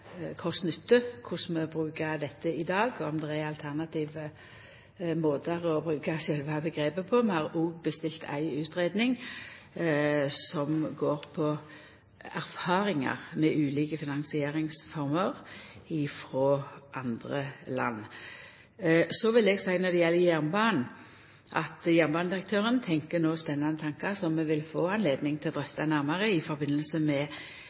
korleis vi brukar dette i dag, og om det er alternative måtar i bruka sjølve omgrepet på. Vi har òg bestilt ei utgreiing som går på erfaringar med ulike finansieringsformer frå andre land. Når det gjeld jernbanen, vil eg seia at jernbanedirektøren no tenkjer spennande tankar som vi vil få høve til å drøfta nærmare i samband med